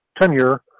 tenure